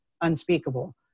unspeakable